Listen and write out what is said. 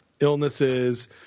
Illnesses